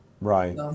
Right